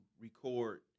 record